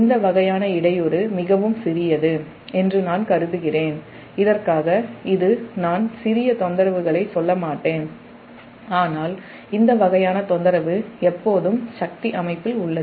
இந்த வகையான இடையூறு மிகவும் சிறியது என்று நான் கருதுகிறேன் இதற்காக நான் சிறிய தொந்தரவுகளைச் சொல்ல மாட்டேன் ஆனால் இந்த வகையான தொந்தரவு எப்போதும் சக்தி அமைப்பில் உள்ளது